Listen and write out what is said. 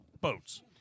boats